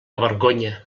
vergonya